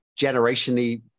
generationally